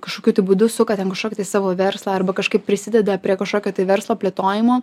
kažkokiu tai būdu suka ten kažkokį tai savo verslą arba kažkaip prisideda prie kažkokio tai verslo plėtojimo